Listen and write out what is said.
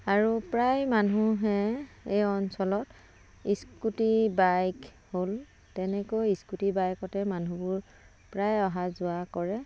আৰু প্ৰায় মানুহে এই অঞ্চলত স্কুটি বাইক হ'ল তেনেকৈ স্কুটি বাইকতে মানুহবোৰ প্ৰায় অহা যোৱা কৰে